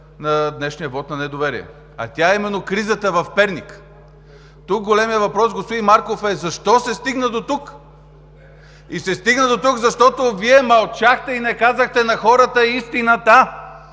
на днешния вот на недоверие, а тя е именно кризата в Перник. Тук големият въпрос, господин Марков, е защо се стигна дотук? Стигна се дотук, защото Вие мълчахте и не казахте на хората истината!